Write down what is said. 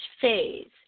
phase